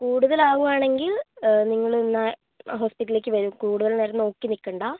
കൂടുതൽ ആവുകയാണെങ്കിൽ നിങ്ങളൊന്നു ഹോസ്പിറ്റലിലേക്ക് വരൂ കൂടുതൽ നേരം നോക്കി നിൽക്കണ്ടാ